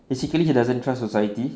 basically he doesn't trust society